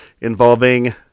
involving